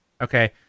Okay